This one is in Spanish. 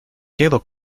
quedo